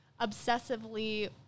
obsessively